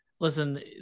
Listen